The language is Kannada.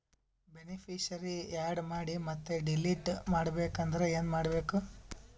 ಬೆನಿಫಿಶರೀ, ಆ್ಯಡ್ ಮಾಡಿ ಮತ್ತೆ ಡಿಲೀಟ್ ಮಾಡಬೇಕೆಂದರೆ ಏನ್ ಮಾಡಬೇಕು?